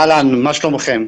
אהלן, מה שלומכם?